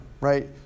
right